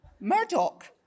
Murdoch